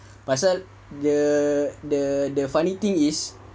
pasal the the the funny thing is